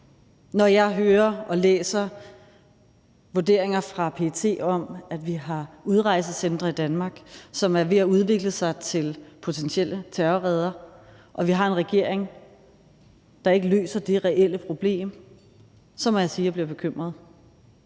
Når jeg hører og læser vurderinger fra PET om, at vi har udrejsecentre i Danmark, som er ved at udvikle sig til potentielle terrorreder, og vi har en regering, der ikke løser dey reelle problem, så må jeg sige, at jeg bliver bekymret.